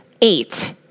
Eight